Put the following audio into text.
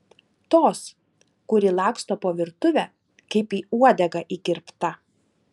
tos kuri laksto po virtuvę kaip į uodegą įkirpta